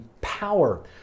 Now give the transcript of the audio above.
power